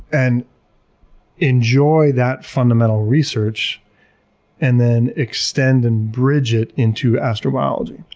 and enjoy that fundamental research and then extend and bridge it into astrobiology.